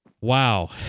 wow